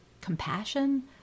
compassion